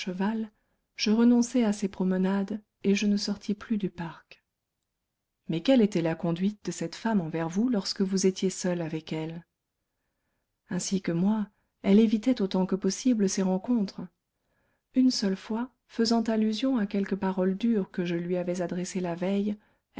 je renonçai à ces promenades et je ne sortis plus du parc mais quelle était la conduite de cette femme envers vous lorsque vous étiez seule avec elle ainsi que moi elle évitait autant que possible ces rencontres une seule fois faisant allusion à quelques paroles dures que je lui avais adressées la veille